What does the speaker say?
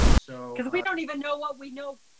so cause we don't even know what we know.